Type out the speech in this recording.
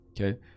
okay